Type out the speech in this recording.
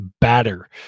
batter